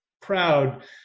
proud